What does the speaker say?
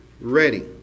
ready